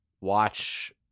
watch